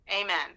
Amen